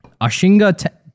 Ashinga